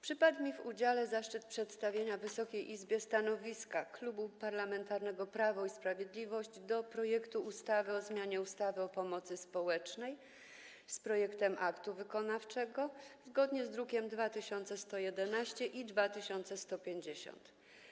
Przypadł mi w udziale zaszczyt przedstawienia Wysokiej Izbie stanowiska Klubu Parlamentarnego Prawo i Sprawiedliwość w sprawie projektu ustawy o zmianie ustawy o pomocy społecznej, przedłożonego wraz z projektem aktu wykonawczego, zgodnie z drukami nr 2111 i 2150.